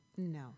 No